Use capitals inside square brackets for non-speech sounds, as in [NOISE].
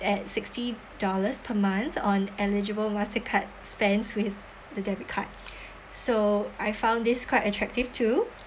at sixty dollars per month on eligible mastercard spends with the debit card [BREATH] so I found this quite attractive too